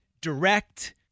direct